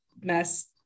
mess